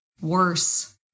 worse